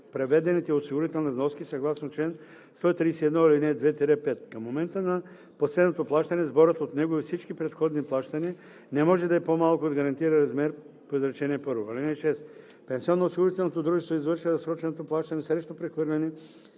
Пенсионноосигурителното дружество извършва разсроченото плащане срещу прехвърляне